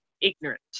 ignorant